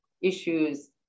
issues